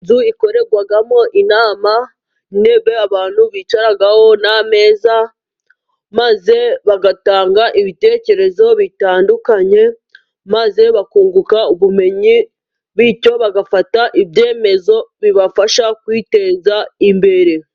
Inzu ikorerwamo inama n’intebe abantu bicaraho n'ameza， maze bagatanga ibitekerezo bitandukanye，maze bakunguka ubumenyi bityo bagafata ibyemezo bibafasha kwiteza imbere.